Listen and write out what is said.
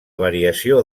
variació